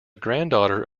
granddaughter